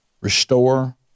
restore